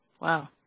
Wow